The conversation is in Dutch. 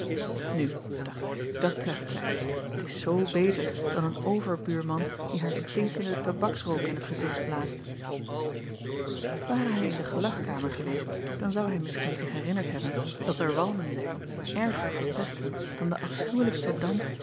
u dacht hij dat treft zij t is z beter dan een overbuurman die haar stinkenden tabaksrook in t gezicht blaast are hij in de gelagkamer geweest dan zou hij misschien zich herinnerd hebben dat er walmen zijn erger verpestend dan de afschuwelijkste damp